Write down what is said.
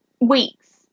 weeks